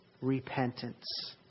repentance